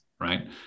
Right